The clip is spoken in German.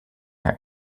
herr